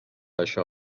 això